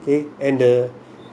okay and the